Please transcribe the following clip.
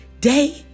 day